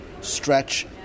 stretch